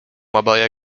oboje